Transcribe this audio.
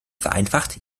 vereinfacht